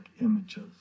images